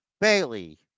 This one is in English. Bailey